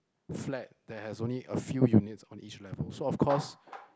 flat that has only a few units on each level so of course